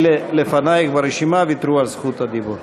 אלה שלפנייך ברשימה ויתרו על זכות הדיבור.